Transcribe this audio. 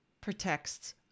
protects